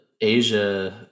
Asia